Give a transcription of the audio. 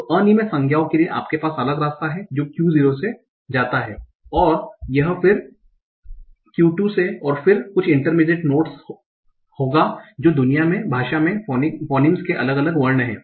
तो अनियमित संज्ञाओं के लिए आपके पास अलग रास्ता है जो Q0 से जाता है कि यह फिर Q 2 से और फिर से कुछ इंटरमिडियट नोड्स होगा जो दुनिया में भाषा में फोनीम्स के अलग अलग वर्ण हैं